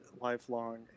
lifelong